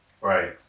Right